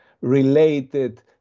related